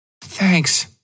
Thanks